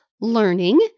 learning